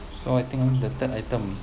so I think the third item